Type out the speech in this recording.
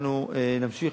אנחנו נמשיך